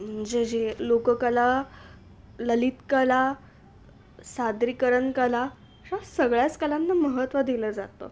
म्हणजे जे लोककला ललित कला सादरीकरण कला अशा सगळ्याच कलांना महत्त्व दिलं जातं